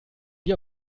dir